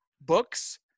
books